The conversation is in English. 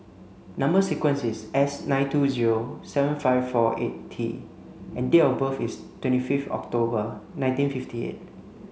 number sequence is S nine two zero seven five four eight T and date of birth is twenty fifth October nineteen fifty eight